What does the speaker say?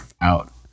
out